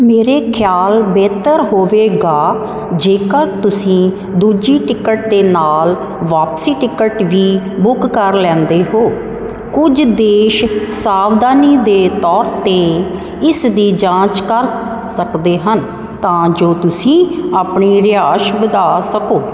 ਮੇਰੇ ਖਿਆਲ ਬਿਹਤਰ ਹੋਵੇਗਾ ਜੇਕਰ ਤੁਸੀਂ ਦੂਜੀ ਟਿਕਟ ਦੇ ਨਾਲ ਵਾਪਸੀ ਟਿਕਟ ਵੀ ਬੁੱਕ ਕਰ ਲੈਂਦੇ ਹੋ ਕੁਝ ਦੇਸ਼ ਸਾਵਧਾਨੀ ਦੇ ਤੌਰ 'ਤੇ ਇਸ ਦੀ ਜਾਂਚ ਕਰ ਸਕਦੇ ਹਨ ਤਾਂ ਜੋ ਤੁਸੀਂ ਆਪਣੀ ਰਿਹਾਇਸ਼ ਵਧਾ ਸਕੋ